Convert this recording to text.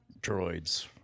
droids